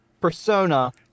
persona